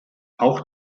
auch